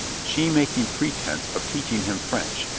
she making pretense of teaching him french,